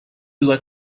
روزا